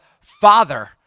Father